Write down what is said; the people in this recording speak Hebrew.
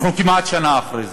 אנחנו כמעט שנה אחרי זה,